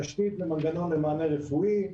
תשתיות ומנגנון למענה רפואי,